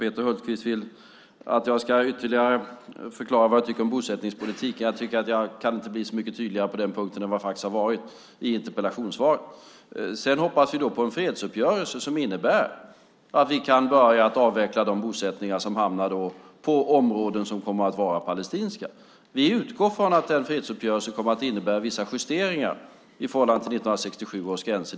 Peter Hultqvist vill att jag ytterligare ska förklara vad jag tycker om bosättningspolitiken. Jag tycker att jag inte kan bli så mycket tydligare på den punkten än jag faktiskt har varit i interpellationssvaret. Sedan hoppas vi på en fredsuppgörelse som innebär att vi kan börja avveckla de bosättningar som hamnar i områden som kommer att vara palestinska. Vi utgår från att fredsuppgörelsen kommer att innebära vissa justeringar i förhållande till 1967 års gränser.